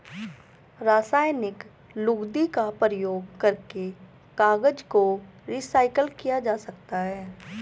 रासायनिक लुगदी का प्रयोग करके कागज को रीसाइकल किया जा सकता है